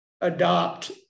adopt